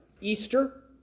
Easter